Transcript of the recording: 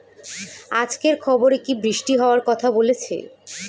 আজকের খবরে কি বৃষ্টি হওয়ায় কথা বলেছে?